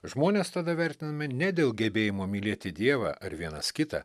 žmonės tada vertinami ne dėl gebėjimo mylėti dievą ar vienas kitą